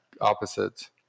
Opposites